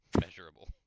measurable